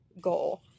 goal